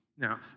Now